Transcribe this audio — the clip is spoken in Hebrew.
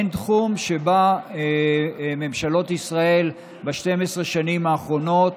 אין תחום שבו ממשלות ישראל, ב-12 השנים האחרונות,